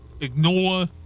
ignore